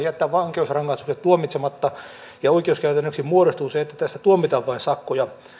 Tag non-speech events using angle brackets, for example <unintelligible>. <unintelligible> jättää vankeusrangaistukset tuomitsematta ja oikeuskäytännöksi muodostuu se että tästä tuomitaan vain sakkoja